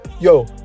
Yo